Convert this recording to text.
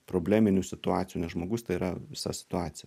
probleminių situacijų nes žmogus tai yra visa situacija